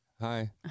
Hi